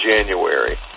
January